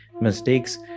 mistakes